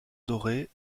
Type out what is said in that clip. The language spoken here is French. doré